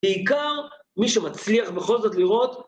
בעיקר מי שמצליח בכל זאת לראות.